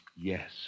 Yes